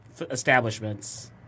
establishments